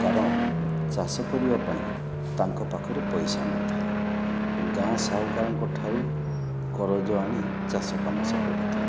କାରଣ ଚାଷ କରିବା ପାଇଁ ତାଙ୍କ ପାଖରେ ପଇସା ନଥାଏ ଗାଁ ସାହୁକାରଙ୍କ ଠାରୁ କରଜ ଆଣି ଚାଷକାମ ସେ କରିଥାଏ